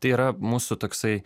tai yra mūsų toksai